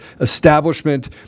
establishment